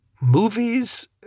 movies